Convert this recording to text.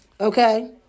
Okay